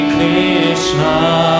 Krishna